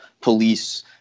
police